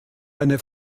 eine